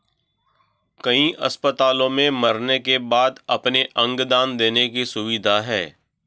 कई अस्पतालों में मरने के बाद अपने अंग दान देने की सुविधा है